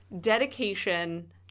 dedication